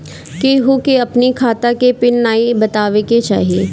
केहू के अपनी खाता के पिन नाइ बतावे के चाही